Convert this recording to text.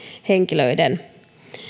henkilöiden